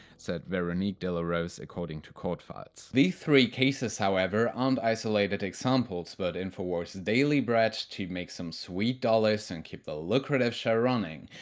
said veronique de la rosa according to court files. these three cases however aren't isolated examples but infowars daily bread to make some sweet dollars and keep the lucrative show running,